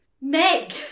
Meg